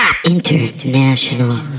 International